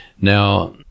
now